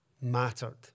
mattered